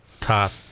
top